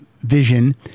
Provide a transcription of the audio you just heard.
vision